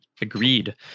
Agreed